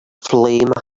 flame